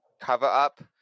cover-up